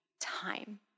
time